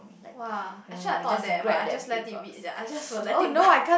!wah! actually I thought of that leh but I just let it read I just let it but